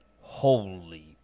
holy